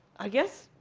i guess,